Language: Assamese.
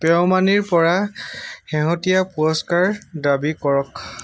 পেইউমানিৰ পৰা শেহতীয়া পুৰস্কাৰ দাবী কৰক